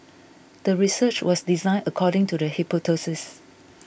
the research was designed according to the hypothesis